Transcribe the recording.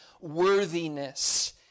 worthiness